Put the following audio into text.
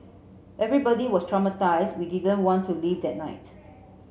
everybody was traumatised we didn't want to leave that night